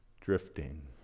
drifting